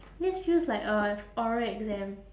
this feels like a oral exam